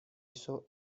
eso